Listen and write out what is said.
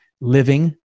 living